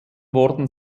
worden